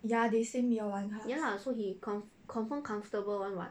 ya lah so he con~ confirm comfortable [one] [what]